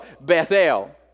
Bethel